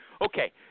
Okay